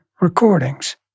recordings